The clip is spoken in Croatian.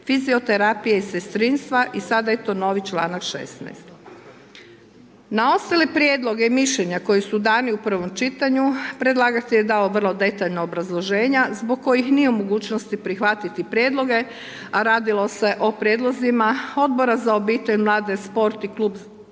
fizioterapije i sestrinstva i sada je to novi čl. 16. Na ostale Prijedloge i mišljenja koji su dani u prvom čitanju, predlagatelj je dao vrlo detaljno obrazloženja zbog kojih nije u mogućnosti prihvatiti Prijedloge, a radilo se o Prijedlozima Odbora za obitelj, mlade, sport i kluba zastupnika